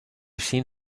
seen